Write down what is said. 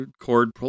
cord